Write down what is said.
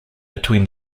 between